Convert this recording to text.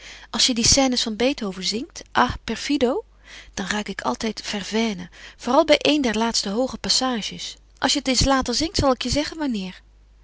als je die scènes van beethoven zingt ah perfido dan ruik ik altijd verveine vooral bij een der laatste hooge passages als je het eens later zingt zal ik je zeggen wanneer